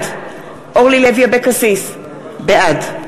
בעד מיקי לוי, בעד אורלי לוי אבקסיס, בעד